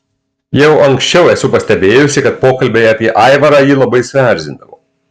jau anksčiau esu pastebėjusi kad pokalbiai apie aivarą jį labai suerzindavo